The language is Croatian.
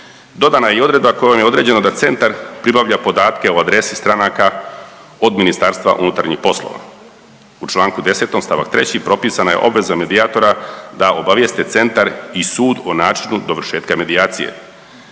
Dodana je i odredba kojom je određeno da centar pribavlja podatke o adresi stranaka od Ministarstva unutarnjih poslova. U članku 10. stavak 3. propisana je obveza medijatora da obavijeste centar i sud o načinu dovršetka medijacije.